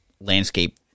landscape